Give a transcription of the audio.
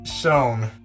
shown